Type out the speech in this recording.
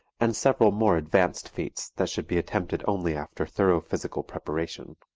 and several more advanced feats that should be attempted only after thorough physical preparation.